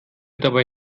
dabei